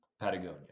Patagonia